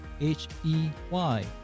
H-E-Y